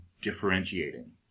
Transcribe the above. differentiating